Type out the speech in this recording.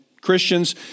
Christians